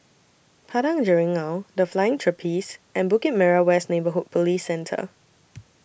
Padang Jeringau The Flying Trapeze and Bukit Merah West Neighbourhood Police Centre